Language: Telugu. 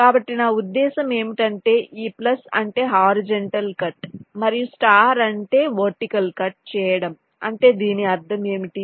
కాబట్టి నా ఉద్దేశ్యం ఏమిటంటే ఈ ప్లస్ అంటే హారిజంటల్ కట్ మరియు స్టార్ అంటే నిలువుగా కట్ చేయడం అంటే దీని అర్థం ఏమిటి